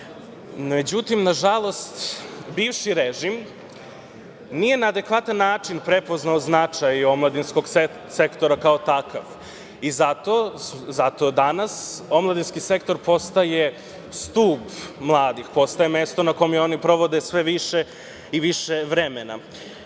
Međutim, nažalost, bivši režim nije na adekvatan način prepoznao značaj Omladinskog sektora kao takav i zato danas Omladinski sektor postaje stub mladih, postaje mesto na kome oni provode sve više i više vremena. Danas